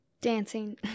Dancing